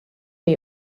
the